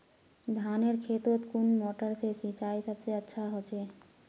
धानेर खेतोत कुन मोटर से सिंचाई सबसे अच्छा होचए?